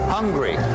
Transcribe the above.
Hungry